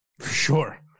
Sure